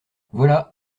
voilà